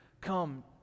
come